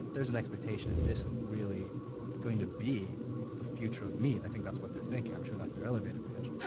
there's an expectation that this is really going to be the future of meat. i think that's what they're thinking. i'm sure that's their elevator pitch.